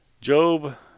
Job